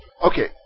Okay